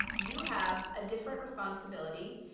you have a different responsibility.